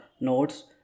nodes